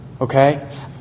okay